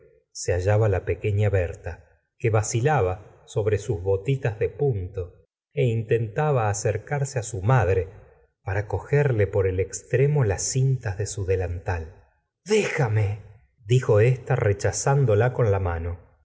se hallaba la pequeña berta que vacilaba sobre sus botitas de punto intentaba acercarse su madre para cogerle por el extremo las cintas de su delantal déjame dijo ésta rechazándola con la mano